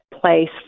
place